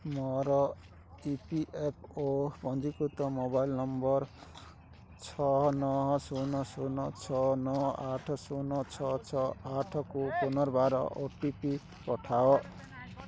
ମୋର E P F O ପଞ୍ଜୀକୃତ mobile number ଛଅ ନଅ ଶୂନ ଶୂନ ଛଅ ନଅ ଆଠ ଶୂନ ଛଅ ଛଅ ଆଠକୁ ପୁନର୍ବାର ଓ ଟି ପି ପଠାଅ